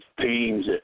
teams